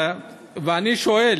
ברצוני לשאול: